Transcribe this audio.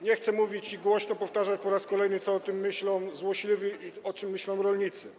Nie chcę mówić i głośno powtarzać po raz kolejny, co o tym myślą złośliwi i co o tym myślą rolnicy.